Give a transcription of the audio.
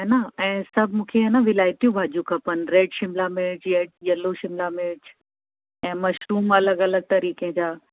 हन ऐं सभु मूंखे हेन विलायतियूं भाॼियूं खपनि रेड शिमला मिर्चु येड येलो शिमला मिर्चु ऐं मशरुम अलॻि अलॻि तरीक़े जा